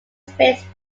space